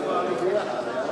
חוק הבטחת הכנסה (תיקון,